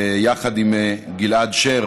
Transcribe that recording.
יחד עם גלעד שר,